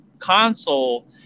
Console